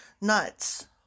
nuts